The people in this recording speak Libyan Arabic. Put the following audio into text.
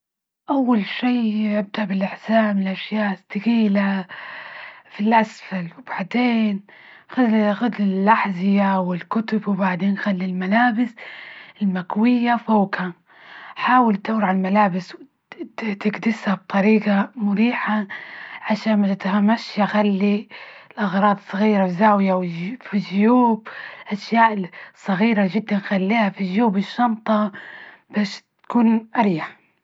أول شي أبدء بالحزام الأشياء التقيلة في الأسفل، وبعدين خلي ياخد للأحذية والكتب، وبعدين خلي الملابس المكوية فوقها، حاول تدور على الملابس تكدسها بطريجة مريحة عشان ما تتهمش يخلي الأغراض للصغيرة فى زاوية وجي- في جيوب أشياء ال صغيرة جدا، خليها في جيوب الشنطة، بش تكون أريح.